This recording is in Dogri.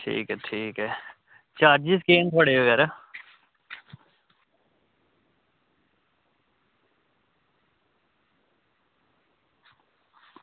ठीक ऐ ठीक ऐ चार्जेस केह् न थुआढ़े बगैरा